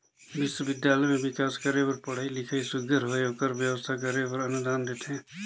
बिस्वबिद्यालय में बिकास करे बर पढ़ई लिखई सुग्घर होए ओकर बेवस्था करे बर अनुदान देथे